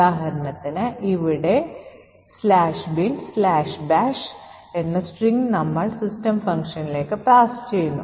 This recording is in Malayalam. ഉദാഹരണത്തിന് ഇവിടെ " binbash" എന്ന സ്ട്രിംഗ് നമ്മൾ system functionന് പാസ് ചെയ്യുന്നു